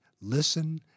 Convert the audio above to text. listen